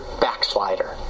backslider